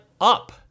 up